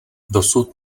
dosud